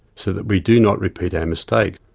so that we do not repeat our mistakes.